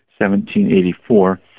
1784